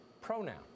pronoun